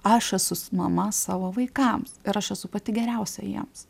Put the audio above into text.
aš esu mama savo vaikams ir aš esu pati geriausia jiems